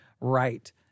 right